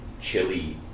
chili